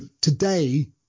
today